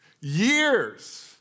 Years